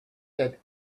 that